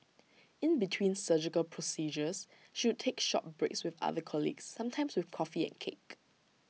in between surgical procedures she would take short breaks with other colleagues sometimes with coffee and cake